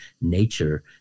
nature